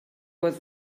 was